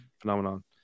phenomenon